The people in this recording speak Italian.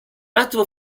altro